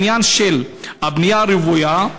העניין של הבניה הרוויה,